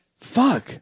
Fuck